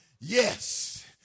Yes